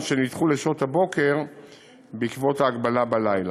שנדחו לשעות הבוקר בעקבות ההגבלה בלילה.